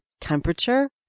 temperature